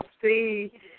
see